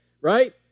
right